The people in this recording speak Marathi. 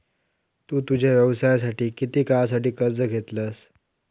तु तुझ्या व्यवसायासाठी किती काळासाठी कर्ज घेतलंस?